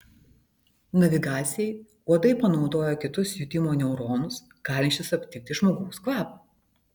navigacijai uodai panaudojo kitus jutimo neuronus galinčius aptikti žmogaus kvapą